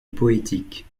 poétique